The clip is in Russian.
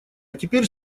теперь